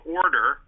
order